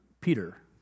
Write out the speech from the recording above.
Peter